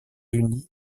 unis